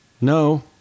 No